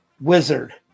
wizard